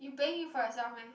you paying for yourself meh